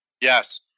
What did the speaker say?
Yes